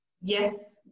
yes